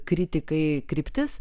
kritikai kryptis